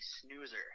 snoozer